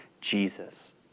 Jesus